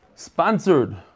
Sponsored